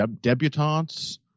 debutantes